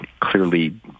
clearly